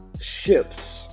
ships